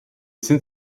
sind